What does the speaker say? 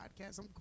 podcast